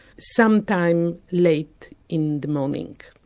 sometime late in the morning.